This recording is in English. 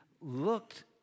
looked